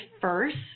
first